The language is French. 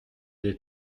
des